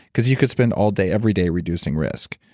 because you could spend all day, every day reducing risk.